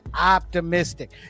optimistic